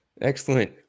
Excellent